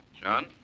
John